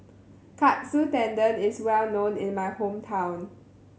Katsu Tendon is well known in my hometown